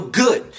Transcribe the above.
good